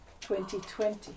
2020